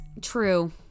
true